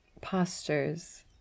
postures